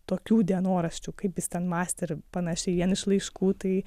tokių dienoraščių kaip jis ten mąstė ir panašiai vien iš laiškų tai